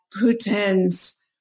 Putin's